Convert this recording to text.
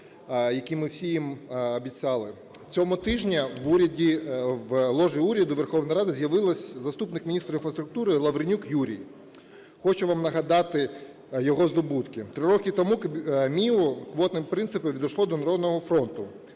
які ми всі їм обіцяли. Цього тижня в ложі уряду в Верховній Раді з'явився заступник міністра інфраструктури Лавренюк Юрій. Хочу вам нагадати його здобутки. Три роки тому МІУ квотним принципом відійшло до "Народного фронту".